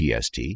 PST